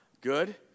good